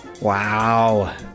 Wow